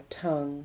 tongue